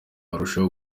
urusheho